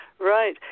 Right